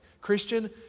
Christian